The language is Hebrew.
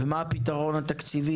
ומה הפתרון התקציבי.